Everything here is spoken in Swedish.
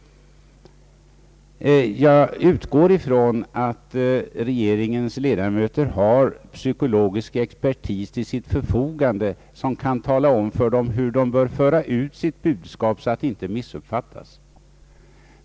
Jag utgår ifrån att regeringens ledamöter har psykologisk expertis till sitt förfogande som kan tala om hur de bör föra ut sitt budskap så att de inte missuppfattas.